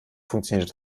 funktioniert